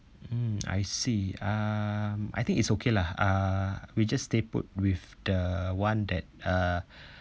mm I see um I think it's okay lah uh we just stay put with the [one] that uh